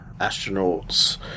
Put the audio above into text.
astronauts